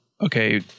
Okay